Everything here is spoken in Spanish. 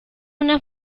una